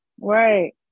Right